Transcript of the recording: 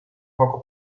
poco